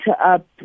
up